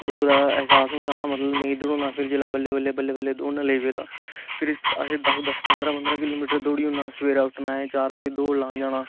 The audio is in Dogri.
दौडने दा एहसासा होंदा कि नेई दडोना फही बल्ले बल्ले दौड़न लेई पे तां फिर आसे दस दस पंदरा पदंरा किलोमिटर दौड़ी ओड़ना सवेरे उट्ठना चार बजे दौड़ लान जाना